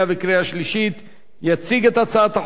יציג את הצעת החוק יושב-ראש ועדת הכנסת,